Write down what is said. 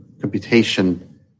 computation